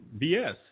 BS